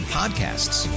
podcasts